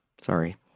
Sorry